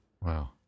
Wow